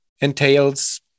entails